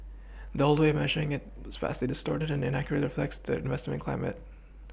the old way of measuring at vastly distorted and inaccurately reflects the investment climate